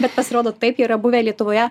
bet pasirodo taip jie yra buvę lietuvoje